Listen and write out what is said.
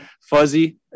fuzzy